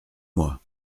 moi